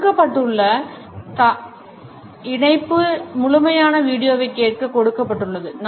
கொடுக்கப்பட்டுள்ள இணைப்பு முழுமையான வீடியோவைக் கேட்க கொடுக்கப்பட்டுள்ளது